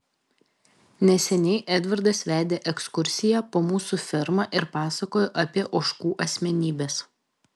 neseniai edvardas vedė ekskursiją po mūsų fermą ir pasakojo apie ožkų asmenybes